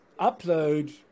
upload